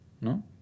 no